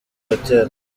hotel